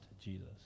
Jesus